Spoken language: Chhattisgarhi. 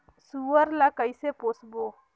सुअर ला कइसे पोसबो?